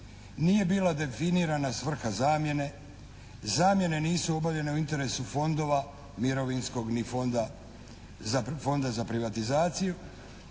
Nije bila definirana svrha zamjene. Zamjene nisu obavljene u interesu fondova, mirovinskog ni fonda, Fonda za privatizaciju.